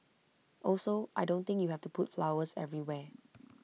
also I don't think you have to put flowers everywhere